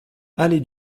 allée